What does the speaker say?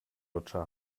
lutscher